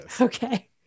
Okay